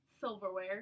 silverware